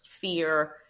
Fear